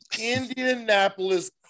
Indianapolis